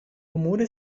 امور